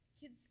kids